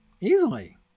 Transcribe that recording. Easily